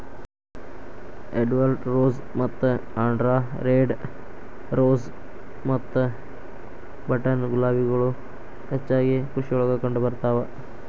Edward rose ಮತ್ತ ಆಂಡ್ರಾ red rose ಮತ್ತ ಬಟನ್ ಗುಲಾಬಿಗಳು ಹೆಚ್ಚಾಗಿ ಕೃಷಿಯೊಳಗ ಕಂಡಬರ್ತಾವ